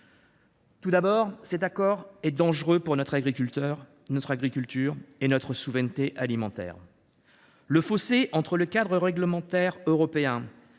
Tout d’abord, cet accord est dangereux pour notre agriculture et notre souveraineté alimentaire. Le fossé entre le cadre réglementaire européen